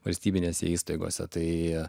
valstybinėse įstaigose tai